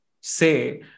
say